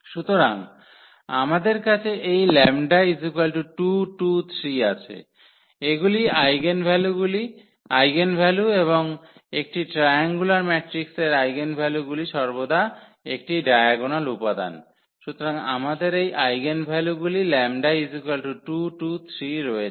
সুতরাং আমাদের কাছে এই 𝜆223 আছে এগুলি আইগেনভ্যালু এবং একটি ট্রায়াঙ্গুলার ম্যাট্রিক্সের আইগেনভ্যালুগুলি সর্বদা একটি ডায়াগোনাল উপাদান সুতরাং আমাদের এই আইগেনভ্যালুগুলি 𝜆 223 রয়েছে